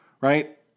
right